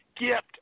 gift